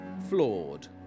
flawed